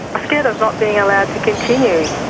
scared of not being allowed to continue,